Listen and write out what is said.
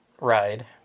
ride